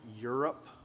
Europe